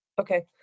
Okay